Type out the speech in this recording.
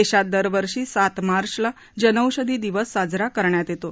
देशात दरवर्षी सात मार्चला जनौषधी दिवस साजरा करण्यात येतो